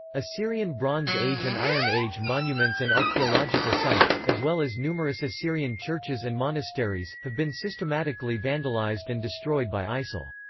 assyrian bronze age and iron age monuments and archaeological sites, as well as numerous assyrian churches and monasteries, have been systematically vandalised and destroyed by isil.